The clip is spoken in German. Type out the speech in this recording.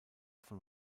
von